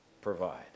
provide